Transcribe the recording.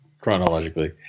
chronologically